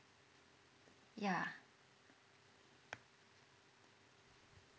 ya